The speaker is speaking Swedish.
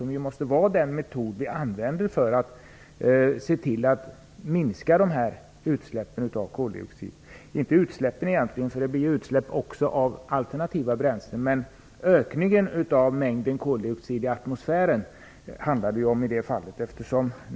Vi måste använda den metoden för att kunna minska utsläppen av koldioxid - det blir förvisso även utsläpp av alternativa bränslen - eller snarare mängden koldioxid i atmosfären.